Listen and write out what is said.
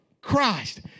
christ